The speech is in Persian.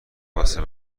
واسه